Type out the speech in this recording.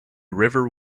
river